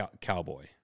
cowboy